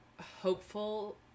hopeful